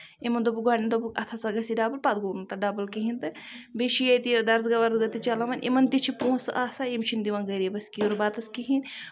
یِمن دوٚپُکھ گۄڈٕنیتھ دوٚپُکھ اَتھ ہسا گژھِ ڈَبٔل پَتہٕ گوٚو نہٕ تَتھ ڈَبٔل کِہیٖنۍ تہٕ بیٚیہِ چھِ ییٚتہِ یہِ دَرٕزگاہ وَرٕزگاہ تہِ چَلاوان یِمَن تہِ چھِ پوٛنسہٕ آسان یِم چھِنہٕ دِوان غریٖبَس بَتَس کِہیٖنۍ